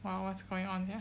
!wow! what's going on sia